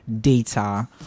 data